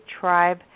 tribe